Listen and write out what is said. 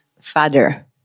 father